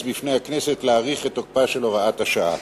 לפני הכנסת להאריך את תוקפה של הוראת השעה.